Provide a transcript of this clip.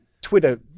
Twitter